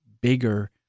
bigger